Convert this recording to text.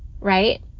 right